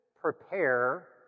prepare